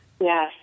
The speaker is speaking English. Yes